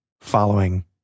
following